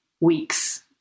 weeks